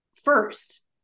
first